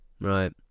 Right